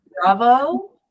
bravo